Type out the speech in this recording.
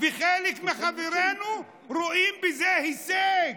וחלק מחברינו רואים בזה הישג.